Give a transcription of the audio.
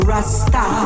Rasta